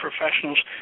professionals